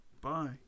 bye